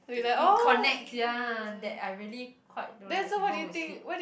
it it connects ya that I really quite don't like people who sleep